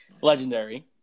Legendary